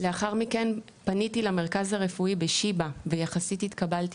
לאחר מכן פניתי למרכז הרפואי בשיבא ויחסית התקבלתי